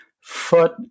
foot